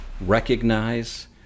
recognize